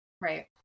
right